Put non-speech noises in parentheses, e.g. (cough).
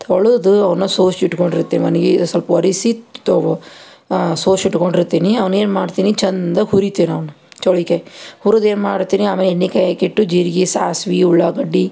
ತೊಳೆದು ಅವನ್ನ ಸೋಸಿಟ್ಕೊಂಡಿರ್ತಿನ್ (unintelligible) ಸ್ವಲ್ಪ ಒರೆಸಿ ತೊ ಸೋಸಿಟ್ಕೊಂಡಿರ್ತಿನಿ ಅವ್ನೇನು ಮಾಡ್ತೀನಿ ಚಂದಗೆ ಹುರಿತೀನಿ ಅವನ್ನ ಚೌಳಿಕಾಯಿ ಹುರದೇನು ಮಾಡ್ತೀನಿ ಆಮೇಲೆ ಎಣ್ಣೆ ಕಾಯಕ್ಕಿಟ್ಟು ಜೀರ್ಗ್ ಸಾಸ್ವೆ ಉಳ್ಳಾಗಡ್ಡಿ